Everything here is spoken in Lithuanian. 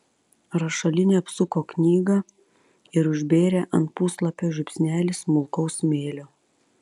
rašalinė apsuko knygą ir užbėrė ant puslapio žiupsnelį smulkaus smėlio